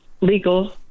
legal